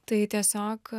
tai tiesiog